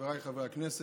חבריי חברי הכנסת,